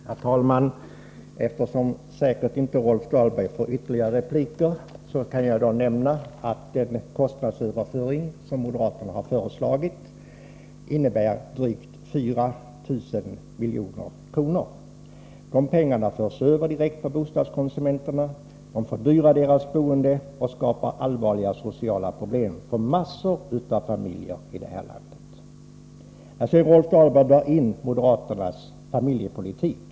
Herr talman! Eftersom Rolf Dahlberg säkert inte har någon ytterligare replik kan jag nämna att den kostnadsöverföring som moderaterna föreslagit gäller drygt 4 miljarder. De pengarna förs över direkt från bostadskonsumenterna, de fördyrar deras boende och skapar allvarliga sociala problem för en massa familjer i det här landet. Rolf Dahlberg drar in moderaternas familjepolitik.